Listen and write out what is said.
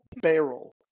barrel